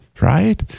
Right